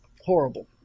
Horrible